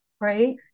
Right